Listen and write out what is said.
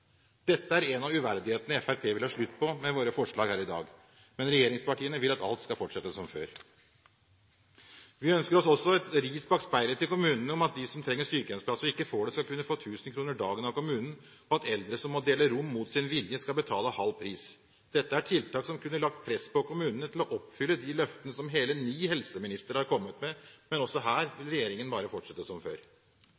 Dette er en av de uverdighetene vi i Fremskrittspartiet vil ha slutt på med våre forslag her i dag, men regjeringspartiene vil at alt skal fortsette som før. Vi ønsker oss også et ris bak speilet for kommunene om at de som trenger sykehjemsplass og ikke får det, skal kunne få 1 000 kr dagen av kommunen, og at eldre som må dele rom mot sin vilje, skal betale halv pris. Dette er tiltak som kunne lagt press på kommunene til å oppfylle de løftene som hele ni helseministere har kommet med, men også her